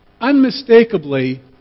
unmistakably